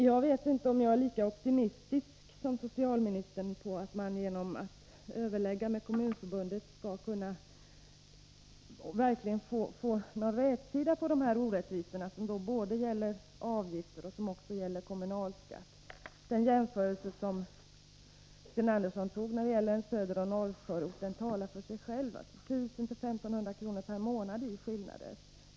Jag vet inte om jag är lika optimistisk som socialministern om att man genom att överlägga med Kommunförbundet skall kunna få rätsida på dessa orättvisor, som gäller både avgifter och kommunalskatt. Den jämförelse som Sten Andersson gjorde mellan söderoch norrförorter talar för sig själv — 1 000-1 500 kr. per månad i skillnad.